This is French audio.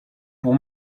pour